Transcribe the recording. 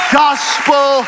gospel